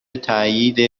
تایید